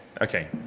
okay